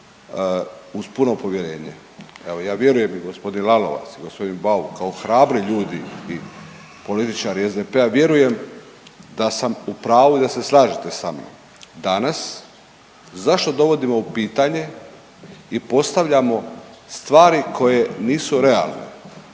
uz puno povjerenje. Evo ja vjerujem i gospodin Lalovac i gospodin Bauk kao hrabri ljudi i političari SDP-a vjerujem da sam u pravu i da se slažete sa mnom. Danas zašto dovodimo u pitanje i postavljamo stvari koje nisu realne